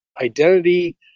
identity